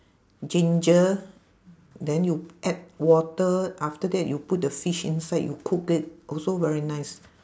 ginger then you add water after that you put the fish inside you cook it also very nice